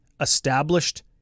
established